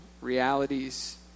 realities